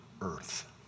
earth